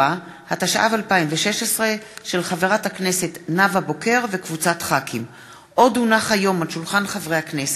לוי אבקסיס, נאוה בוקר, אורי מקלב ונחמן שי,